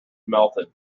melted